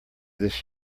this